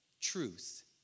truth